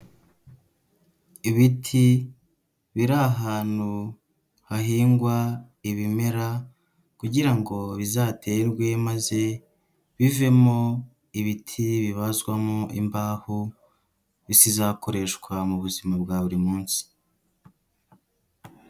Ibiti biri ahantu hahingwa ibimera kugira ngo bizaterwe, maze bivemo ibiti bibazwamo imbaho, bizakoreshwa mu buzima bwa buri munsi.